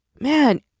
man